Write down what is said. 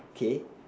K